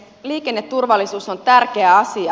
liikenneturvallisuus on tärkeä asia